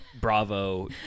bravo